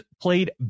played